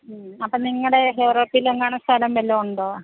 അപ്പോൾ നിങ്ങളുടെ കേറോഫിൽ എങ്ങാനും സ്ഥലം വല്ലതും ഉണ്ടോ